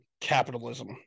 capitalism